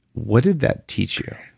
what did that teach you?